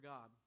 God